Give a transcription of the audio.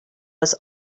was